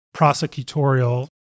prosecutorial